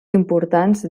importants